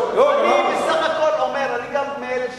אני גם מאלה שסבורים,